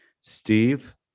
Steve